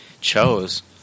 chose